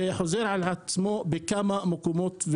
זה חוזר על עצמו בכמה מקומות.